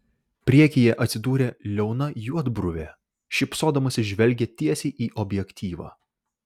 priekyje atsidūrė liauna juodbruvė šypsodamasi žvelgė tiesiai į objektyvą